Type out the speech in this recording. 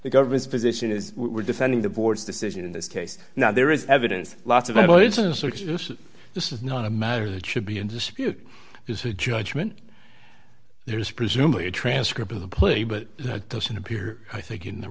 the government's position is we're defending the board's decision in this case now there is evidence lots of that this is not a matter that should be in dispute is a judgment there is presumably a transcript of the play but it doesn't appear i think in the